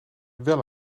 wel